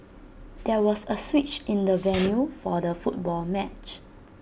there was A switch in the venue for the football match